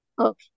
Okay